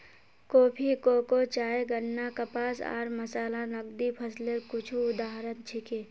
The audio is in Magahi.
कॉफी, कोको, चाय, गन्ना, कपास आर मसाला नकदी फसलेर कुछू उदाहरण छिके